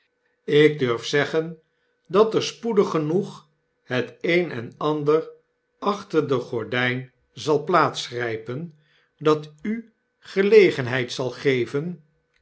ik durf zeggen dat er spoedig genoeg het een en ander achter de gordyn zal plaats de schaduwen grypen dat u gelegenheid zal geven